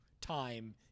time